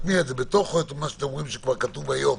נטמיע את מה שאתם אומרים שכבר כתוב היום.